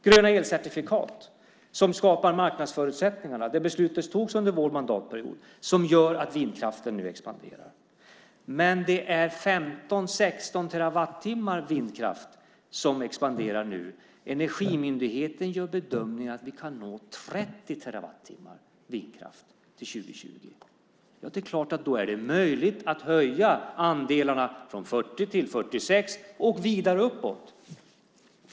Gröna elcertifikat, som skapar marknadsförutsättningarna, var ett beslut som fattades under vår mandatperiod som gör att vindkraften nu expanderar. Men det är en expandering med 15-16 terawattimmar. Energimyndigheten gör bedömningen att vi kan nå 30 terawattimmar vindkraft till 2020. Då är det möjligt att höja andelarna från 40 till 46 och vidare uppåt.